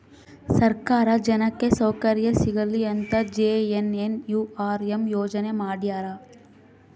ಸರ್ಕಾರ ಜನಕ್ಕೆ ಸೌಕರ್ಯ ಸಿಗಲಿ ಅಂತ ಜೆ.ಎನ್.ಎನ್.ಯು.ಆರ್.ಎಂ ಯೋಜನೆ ಮಾಡ್ಯಾರ